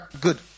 good